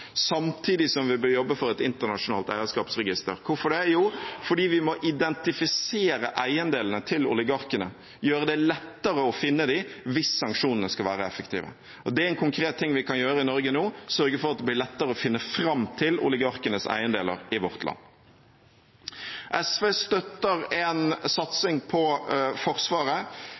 Samtidig bør vi jobbe for et internasjonalt eierskapsregister. Hvorfor det? Jo, fordi vi må identifisere eiendelene til oligarkene og gjøre det lettere å finne dem hvis sanksjonene skal være effektive. Det er en konkret ting vi kan gjøre i Norge nå; sørge for at det blir lettere å finne fram til oligarkenes eiendeler i vårt land. SV støtter en satsing på Forsvaret